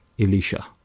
Elisha